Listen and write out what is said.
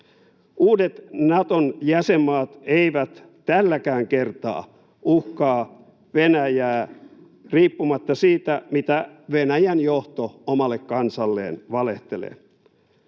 Uudet Naton jäsenmaat eivät tälläkään kertaa uhkaa Venäjää riippumatta siitä, mitä Venäjän johto omalle kansalleen valehtelee.